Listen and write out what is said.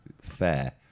Fair